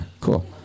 cool